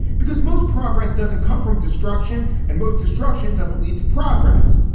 because most progress doesn't come from destruction and most destruction doesn't lead to progress.